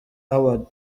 award